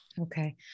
Okay